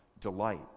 delight